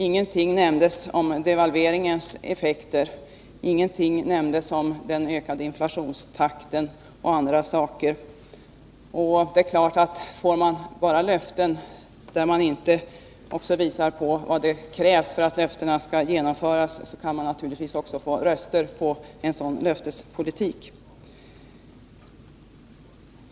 Ingenting nämndes om devalveringens effekter. Ingenting nämndes om den ökade inflationstakten. Om man bara ger löften och inte visar på vad det krävs för att löftena skall kunna genomföras, kan man naturligtvis få röster.